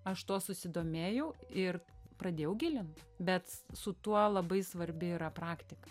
aš tuo susidomėjau ir pradėjau gilint bet su tuo labai svarbi yra praktika